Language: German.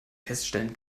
feststellen